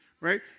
right